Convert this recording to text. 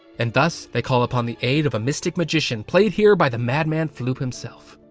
and thus they call upon the aid of a mystic magician, played here by the madman floop himself.